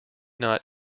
not